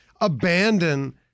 abandon